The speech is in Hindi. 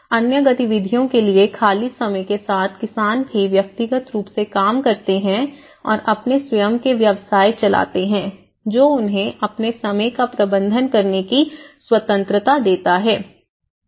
अन्य गतिविधियों के लिए खाली समय के साथ किसान भी व्यक्तिगत रूप से काम करते हैं और अपने स्वयं के व्यवसाय चलाते हैं जो उन्हें अपने समय का प्रबंधन करने की स्वतंत्रता देता है